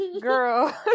Girl